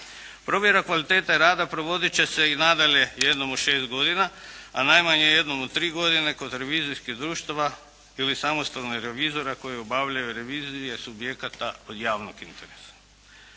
Provjera kvaliteta rada provodit će se i nadalje jednom u 6 godina, a najmanje jednom u 3 godine kod revizijskih društava ili samostalnog revizora koji obavljaju revizije subjekata od javnog interesa.